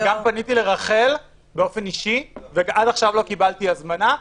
פניתי גם לרחל באופן אישי ועד עכשיו לא קיבלתי הזמנה.